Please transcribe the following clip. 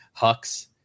Hux